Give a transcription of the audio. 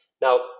Now